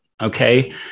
okay